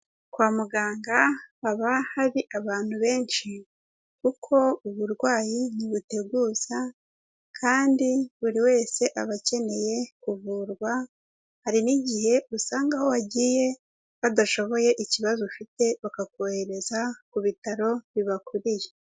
Kwa muganga haba hari abantu benshi, kuko uburwayi ntibuteguza, kandi buri wese aba akeneye kuvurwa, hari n'igihe usanga aho wagiye badashoboye ikibazo ufite bakakohereza ku bitaro bibakuriye.